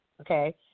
okay